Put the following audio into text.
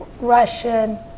Russian